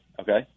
okay